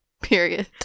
Period